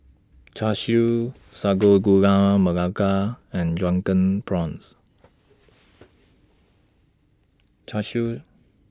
Char Siu Sago Gula Melaka and Drunken Prawns Char Siu